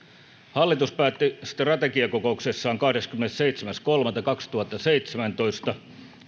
hallitus päätti strategiakokouksessaan kahdeskymmenesseitsemäs kolmatta kaksituhattaseitsemäntoista